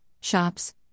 shops